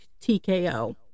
TKO